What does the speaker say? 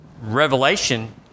Revelation